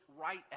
right